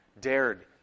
dared